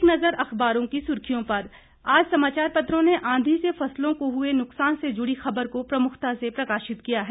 अब एक नज़र अखबारों की सुर्खियों पर आज समाचार पत्रों ने आंधी से फसलों को हुए नुकसान से जुड़ी खबर को प्रमुखता से प्रकाशित किया है